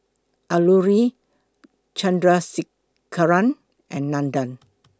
Alluri Chandrasekaran and Nandan